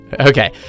Okay